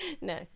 no